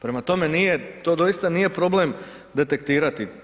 Prema tome nije, to doista nije problem detektirati.